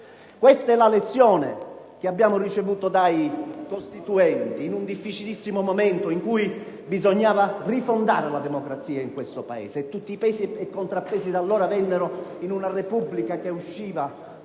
Questa è la lezione che abbiamo ricevuto dai Costituenti in un difficilissimo momento in cui bisognava rifondare la democrazia in questo Paese. Tutti i pesi e contrappesi vennero in una Repubblica che nasceva